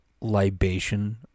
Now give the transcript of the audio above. libation